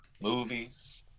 movies